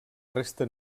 resta